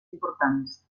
importants